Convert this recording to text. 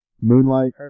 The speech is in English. Moonlight